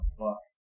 fuck